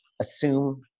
assume